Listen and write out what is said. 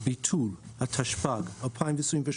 (ביטול), התשפ"ג-2023